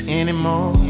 anymore